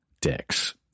dicks